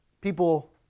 people